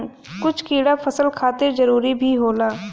कुछ कीड़ा फसल खातिर जरूरी भी होला